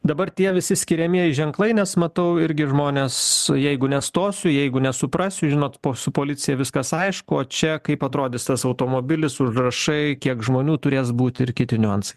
dabar tie visi skiriamieji ženklai nes matau irgi žmonės jeigu nestosiu jeigu nesuprasiu žinot po su policija viskas aišku o čia kaip atrodys tas automobilis užrašai kiek žmonių turės būti ir kiti niuansai